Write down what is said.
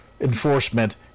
enforcement